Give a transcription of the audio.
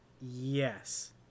yes